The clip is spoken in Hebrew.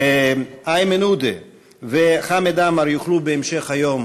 איימן עודה וחמד עמאר יוכלו בהמשך היום